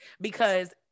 because-